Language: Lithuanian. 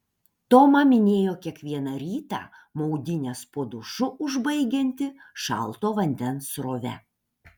toma minėjo kiekvieną rytą maudynes po dušu užbaigianti šalto vandens srove